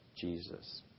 Jesus